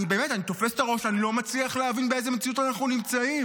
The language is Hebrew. אני תופס את הראש ואני לא מצליח להבין באיזה מציאות אנחנו נמצאים.